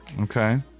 Okay